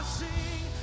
sing